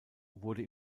wurde